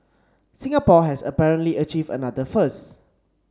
Singapore has apparently achieved another first